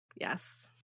Yes